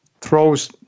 Throws